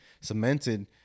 cemented